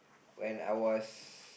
when I was